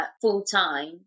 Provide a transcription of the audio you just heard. full-time